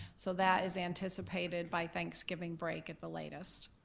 so that is anticipated by thanksgiving break at the latest.